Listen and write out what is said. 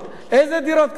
איזה דירות קטנות?